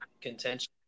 contention